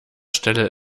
stelle